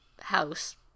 house